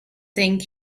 think